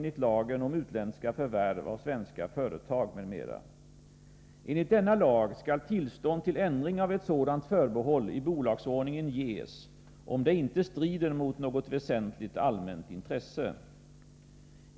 ges, om det inte strider mot något väsentligt allmänt intresse.